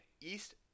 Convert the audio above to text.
East